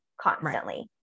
constantly